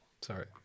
Sorry